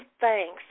thanks